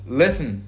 listen